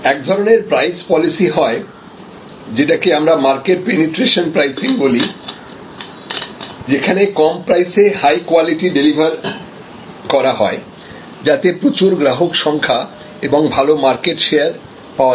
এক ধরনের price policy হয় যেটাকে আমরা মার্কেট পেনিট্রেশন প্রাইসিং বলি যেখানে কম প্রাইসে হাই কোয়ালিটি ডেলিভারি করা হয় যাতে প্রচুর গ্রাহক সংখ্যা এবং ভালো মার্কেট শেয়ার পাওয়া যায়